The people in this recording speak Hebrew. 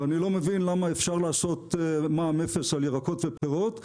ואני לא מבין למה אפשר לעשות מע"מ אפס על ירקות ופירות,